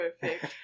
Perfect